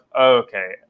okay